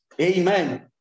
Amen